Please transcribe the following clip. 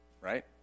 Right